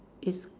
is